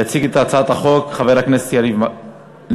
יציג את הצעת החוק חבר הכנסת יריב לוין.